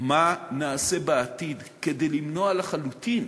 מה נעשה בעתיד כדי למנוע לחלוטין